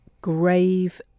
grave